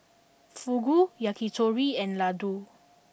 Fugu Yakitori and Ladoo